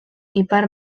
ipar